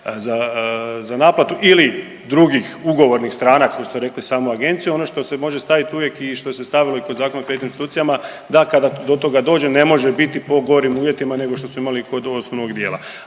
za naplatu ili drugih ugovornih strana kao što ste i rekli samu agenciju. Ono što se može staviti uvijek i što se stavilo i kod Zakona o kreditnim institucijama, da kada do toga dođe ne može biti po gorim uvjetima nego što smo imali kod osnovnog dijela.